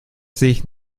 sich